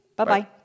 Bye-bye